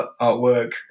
artwork